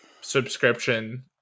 subscription